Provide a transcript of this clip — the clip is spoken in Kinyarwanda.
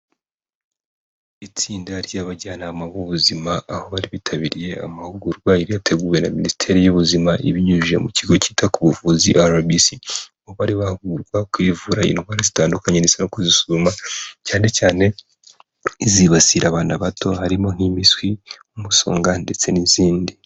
Itsinda ry'abajyanama b'ubuzima aho bari bitabiriye amahugurwa yateguwe na minisiteri y'ubuzima ibinyujije mu kigo cyita ku buvuzi RBC. Mu bari bari bahugurwa kwivura indwara zitandukanye ndetse no kuzisuzuma cyane cyane izibasira abana bato harimo nk'impiswi, nk' umusonga ndetse n'izindi.